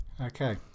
Okay